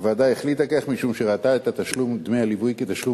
הוועדה החליטה כך משום שראתה את תשלום דמי הליווי כתשלום